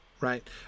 right